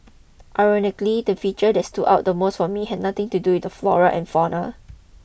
ironically the feature that stood out the most for me had nothing to do with the flora and fauna